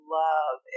love